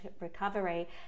recovery